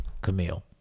Camille